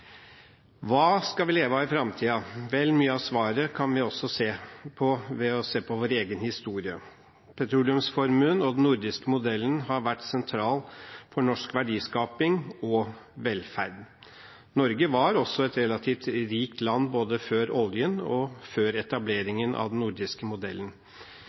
hva som er nødvendig. Hva skal vi leve av i framtiden? Mye av svaret kan vi finne ved å se på vår egen historie. Petroleumsformuen og den nordiske modellen har vært sentral for norsk verdiskaping og velferd. Norge var et relativt rikt land både før oljen og før etableringen av den nordiske modellen.